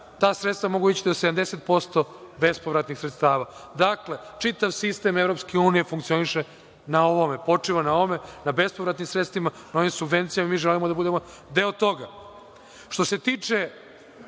Ta sredstva mogu ići do 70% bespovratnih sredstava. Dakle, čitav sistem Evropske unije funkcioniše na ovome, počiva na ovome, da bespovratnim sredstvima, ali subvencijom mi želimo da budemo deo toga. Što se tiče